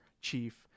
chief